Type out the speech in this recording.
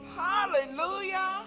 hallelujah